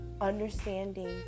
understanding